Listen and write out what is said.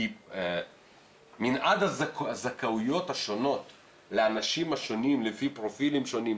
כי מנעד הזכאויות השונות לאנשים השונים לפי פרופילים שונים,